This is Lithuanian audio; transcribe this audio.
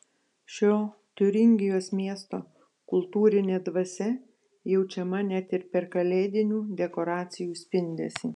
šio tiuringijos miesto kultūrinė dvasia jaučiama net ir per kalėdinių dekoracijų spindesį